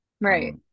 Right